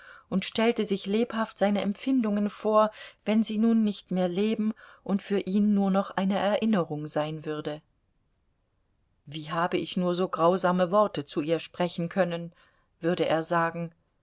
und stellte sich lebhaft seine empfindungen vor wenn sie nun nicht mehr leben und für ihn nur noch eine erinnerung sein würde wie habe ich nur so grausame worte zu ihr sprechen können würde er sagen